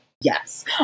yes